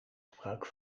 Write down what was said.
gebruik